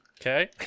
Okay